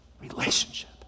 relationship